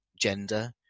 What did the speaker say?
gender